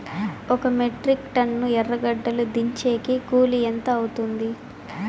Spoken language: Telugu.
ఒక మెట్రిక్ టన్ను ఎర్రగడ్డలు దించేకి కూలి ఎంత అవుతుంది?